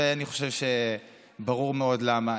ואני חושב שברור מאוד למה.